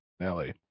Nelly